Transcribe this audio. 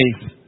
faith